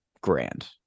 grand